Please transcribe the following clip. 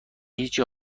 هیچی